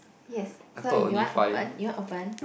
yes so you want open you want open